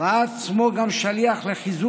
והציב לעצמו, יחד עם